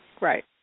Right